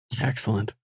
Excellent